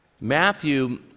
Matthew